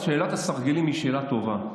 שאלת הסרגלים היא שאלה טובה.